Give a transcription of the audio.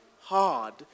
hard